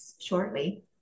shortly